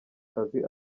kazi